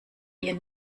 ihr